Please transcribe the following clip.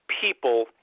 people